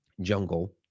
jungle